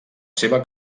seva